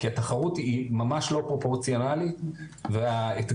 כי התחרות היא ממש לא פרופורציונלית והאתגר